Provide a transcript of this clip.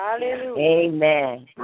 Amen